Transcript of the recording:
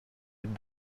êtes